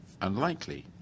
unlikely